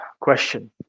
question